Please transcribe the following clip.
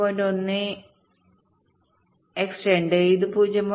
1 x 2 ഇത് 0